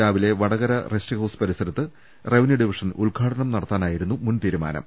രാവിലെ വടകര റസ്റ്റ്ഹൌസ് പരിസരത്ത് revenue division ഉദ്ഘാടനം നട ത്താനായിരുന്നു മുൻ തീരുമാനം